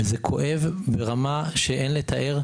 וזה כואב ברמה שאין לתאר.